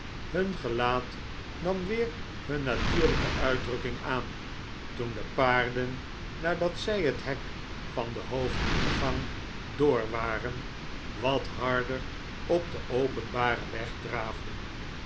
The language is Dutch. hun gelaat nam weer hun natuurlijke uitdrukking aan toen de paarden nadat zij het hek van den hoofdingang door waren wat harder op den openbaren weg draafden